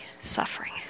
suffering